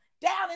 down